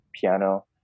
piano